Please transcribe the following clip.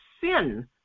sin